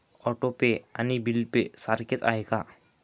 Auto pay आणि bill pay सारखेच आहे का?